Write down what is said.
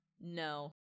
No